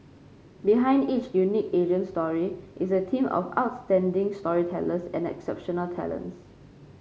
behind each unique Asian story is a team of outstanding storytellers and exceptional talents